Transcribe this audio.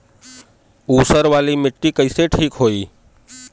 ऊसर वाली मिट्टी कईसे ठीक होई?